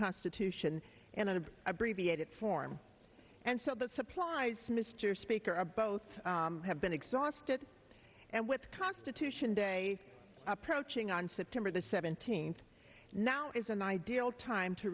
constitution and of abbreviated form and so the supplies mr speaker are both have been exhausted and with constitution day approaching on september the seventeenth now is an ideal time to